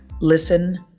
Listen